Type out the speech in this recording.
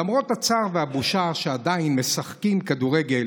למרות הצער והבושה שעדיין משחקי כדורגל